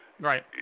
Right